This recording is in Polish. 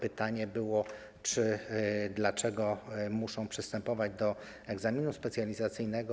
Pytanie brzmiało: Dlaczego muszą przystępować do egzaminu specjalizacyjnego?